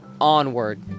onward